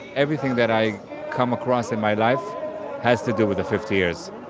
everything that i come across in my life has to do with the fifty years.